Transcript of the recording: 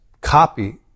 copy